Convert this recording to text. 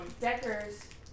deckers